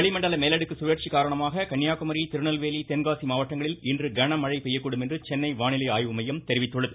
வளிமண்டல மேலடுக்கு சுழற்சி காரணமாக கன்னியாகுமரி திருநெல்வேலி தென்காசி மாவட்டங்களில் இன்று கனமழை பெய்யக்கூடுமென்று சென்னை வானிலை ஆய்வு மையம் தெரிவித்துள்ளது